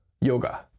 yoga